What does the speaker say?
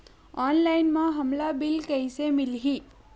Online म हमला bill कइसे मिलही?